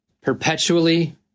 perpetually